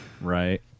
right